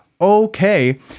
Okay